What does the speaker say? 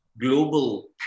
global